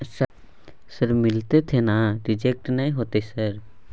Sir मिलते थे ना रिजेक्ट नय होतय सर?